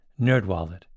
NerdWallet